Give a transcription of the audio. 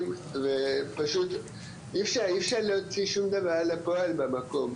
ופשוט אי אפשר להוציא שום דבר לפועל במקום,